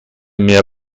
mehr